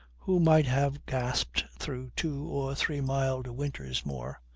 who might have gasped through two or three mild winters more,